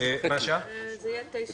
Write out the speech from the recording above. בשעה 14:05.